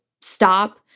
stop